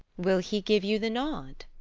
will he give you the nod?